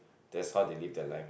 that's how they live their life ah